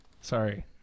sorry